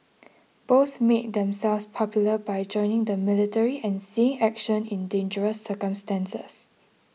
both made themselves popular by joining the military and seeing action in dangerous circumstances